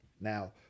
now